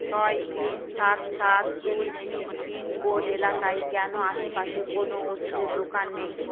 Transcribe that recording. ছয় তিন সাত সাত দুই তিন পিনকোড এলাকায় কেন আশেপাশে কোনও ওষুধের দোকান নেই